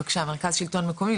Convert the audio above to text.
בבקשה מרכז שלטון מקומי,